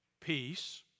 peace